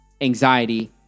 anxiety